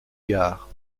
gare